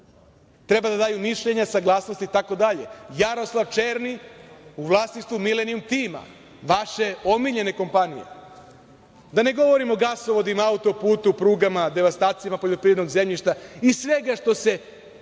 Treba da daju mišljenja, saglasnosti, itd.„Jaroslav Černi“ u vlasništvu Milenijum Tima, vaše omiljene kompanije. Da ne govorim o gasovodima, autoputu, prugama, devastacijama, poljoprivrednog zemljišta i svega što se